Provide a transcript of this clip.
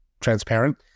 transparent